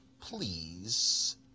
Please